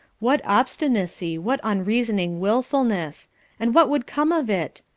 what obstinacy, what unreasoning wilfulness and what would come of it?